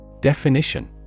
Definition